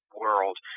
world